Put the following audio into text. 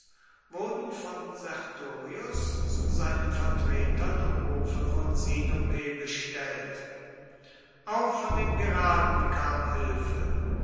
wurden von sertorius zu seinen vertretern am hofe von sinope bestellt auch von den piraten kam hilfe